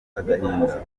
agahinda